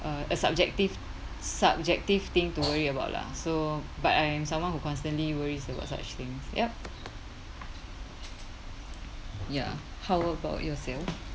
uh a subjective subjective thing to worry about lah so but I am someone who constantly worries about such things yup ya how about yourself